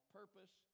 purpose